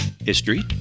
History